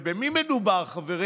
ובמי מדובר, חברים?